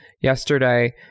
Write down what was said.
yesterday